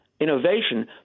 innovation